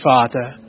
Father